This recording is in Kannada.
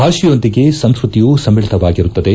ಭಾಷೆಯೊಂದಿಗೆ ಸಂಸ್ಕೃತಿಯೂ ಸಮ್ಲಿಳಿತವಾಗಿರುತ್ತದೆ